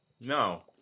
No